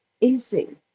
easy